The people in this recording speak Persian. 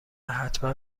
حتما